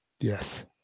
Yes